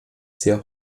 sehr